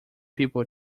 people